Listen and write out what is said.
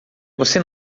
você